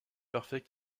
parfait